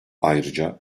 ayrıca